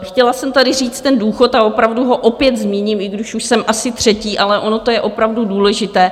Chtěla jsem tady říci ten důchod, opravdu ho opět zmíním, i když jsem už asi třetí, ale ono to je opravdu důležité.